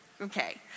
okay